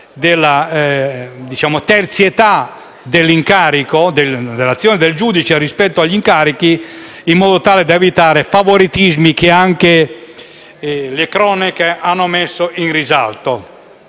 della terzietà dell'azione del giudice rispetto agli incarichi, in modo tale da evitare favoritismi che anche le cronache hanno messo in risalto.